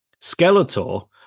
Skeletor